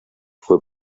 fue